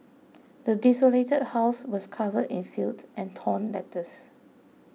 the desolated house was covered in filth and torn letters